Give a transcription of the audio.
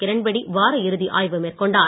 கிரண்பேடி வார இறுதி ஆய்வு மேற்கொண்டார்